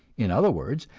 in other words,